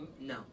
no